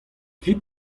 kit